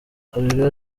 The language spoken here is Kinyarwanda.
areruya